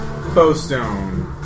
bowstone